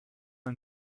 and